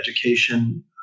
education